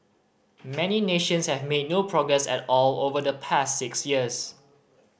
many nations have made no progress at all over the past six years